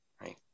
right